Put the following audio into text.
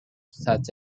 such